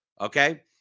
Okay